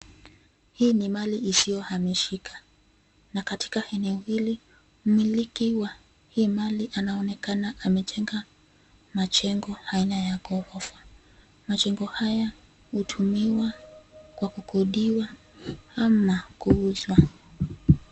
Hii ni mali isiyohamishika na katika eneo hili, mmiliki wa hii mali anaonekana amejenga majengo aina ya ghorofa. Majengo haya hutumiwa kwa kukodiwa ama kuuzwa.